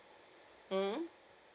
mmhmm